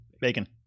Bacon